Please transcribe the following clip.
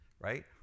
right